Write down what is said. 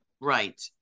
right